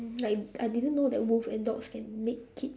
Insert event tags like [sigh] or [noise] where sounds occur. like I didn't know that wolves and dogs can make kids [laughs]